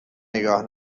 نگاه